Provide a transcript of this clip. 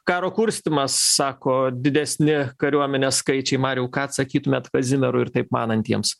karo kurstymas sako didesni kariuomenės skaičiai mariau ką atsakytumėt kazimierui ir taip manantiems